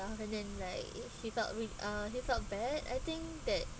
stuff and then like he talked with uh he talked bad I think that